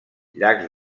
llacs